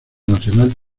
nacional